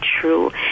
true